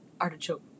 artichoke